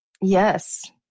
Yes